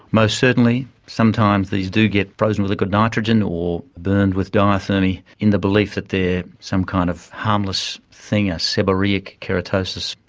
most certainly. sometimes these do get frozen with liquid nitrogen or burned with diathermy in the belief that they are some kind of harmless thing, a seborrhoeic keratosis,